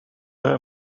her